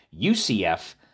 UCF